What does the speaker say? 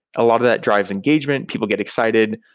a lot of that drives engagement. people get excited.